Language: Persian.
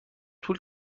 طول